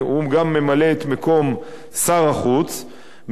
הוא גם ממלא את מקום שר החוץ,